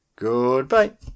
Goodbye